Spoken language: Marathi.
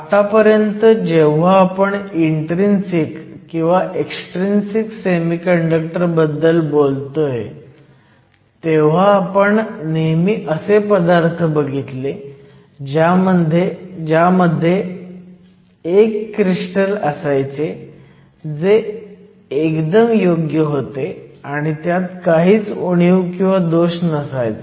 आत्तापर्यंत जेव्हा आपण इन्ट्रीन्सिक किंवा एक्सट्रिंसिक सेमीकंडक्टर बद्दल बोललोय तेव्हा आपण नेहमी असे पदार्थ बघितले ज्यांमध्ये एक क्रिस्टल असायचे जे एकदम योग्य होते आणि त्यात काही उणीव नसायची